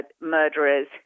murderers